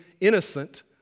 innocent